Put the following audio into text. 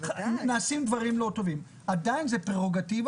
נעשים דברים לא טובים עדיין זאת פרורוגטיבה